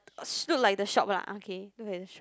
look like the shop lah okay look like the shop